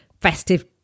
festive